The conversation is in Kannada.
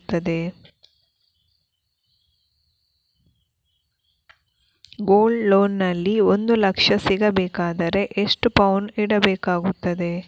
ಗೋಲ್ಡ್ ಲೋನ್ ನಲ್ಲಿ ಒಂದು ಲಕ್ಷ ಸಿಗಬೇಕಾದರೆ ಎಷ್ಟು ಪೌನು ಇಡಬೇಕಾಗುತ್ತದೆ?